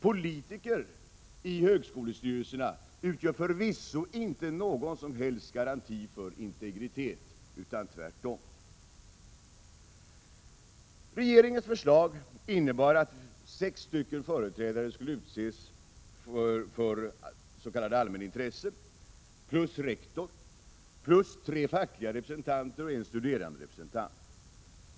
Politiker i högskolestyrelserna utgör förvisso inte någon som helst garanti för integriteten, utan tvärtom. Regeringens förslag innebar att sex företrädare skulle utses för s.k. allmänna intressen, plus en rektor, plus tre fackliga representanter och en studeranderepresentant.